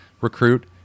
recruit